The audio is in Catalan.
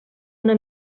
una